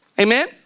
Amen